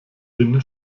den